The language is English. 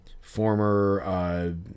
former